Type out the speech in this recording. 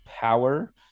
Power